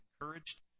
encouraged